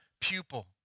pupil